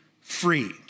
free